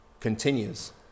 continues